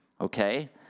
okay